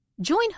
Join